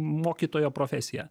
mokytojo profesija